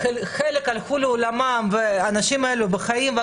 חלקם הלכו לעולמם וחלקם בחיים.